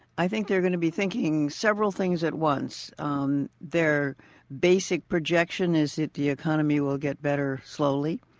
i think they're going to be thinking several things at once. um their basic projection is that the economy will get better slowly.